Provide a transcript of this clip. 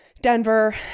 Denver